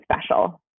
special